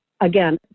again